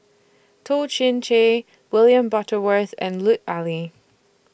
Toh Chin Chye William Butterworth and Lut Ali